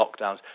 lockdowns